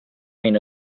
reign